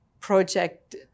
Project